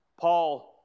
Paul